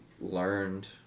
learned